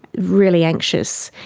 really anxious.